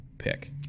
pick